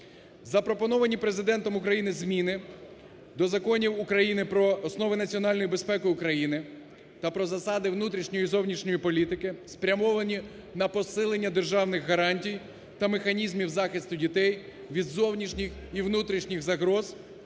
Запропоновані Президентом України зміни до законів України про основи національної безпеки України та про засади внутрішньої і зовнішньої політики, спрямовані на посилення державних гарантій та механізмів захисту дітей від зовнішніх і внутрішніх загроз